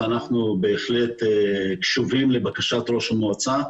ואנחנו בהחלט קשובים לבקשת ראש המועצה.